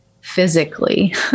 physically